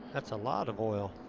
that's a lot of oil.